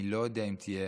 אני לא יודע אם תהיה